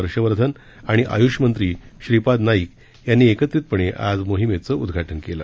हर्षवर्धन आणि आयूष मंत्री श्रीपाद नाईक यांनी एकत्रितपणे आज नोहिमेचं उद्घाटन केलं